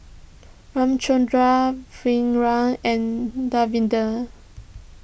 Ramchundra Virat and Davinder